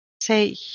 say